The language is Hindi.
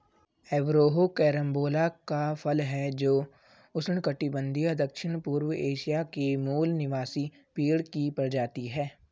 एवरोहो कैरम्बोला का फल है जो उष्णकटिबंधीय दक्षिणपूर्व एशिया के मूल निवासी पेड़ की प्रजाति है